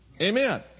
Amen